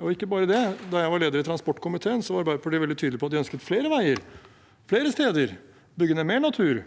Da jeg var leder i transportkomiteen, var Arbeiderpartiet veldig tydelig på at de ønsket flere veier flere steder og å bygge ned mer natur.